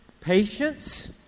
patience